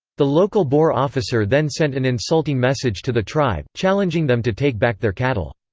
the local boer officer then sent an insulting message to the tribe, challenging them to take back their cattle.